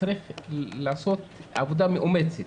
שצריך לעשות עבודה מאומצת.